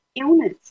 illness